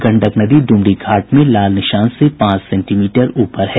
गंडक नदी डुमरीघाट में लाल निशान से पांच सेंटीमीटर ऊपर है